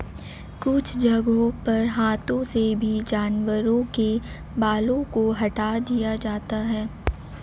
कुछ जगहों पर हाथों से भी जानवरों के बालों को हटा दिया जाता है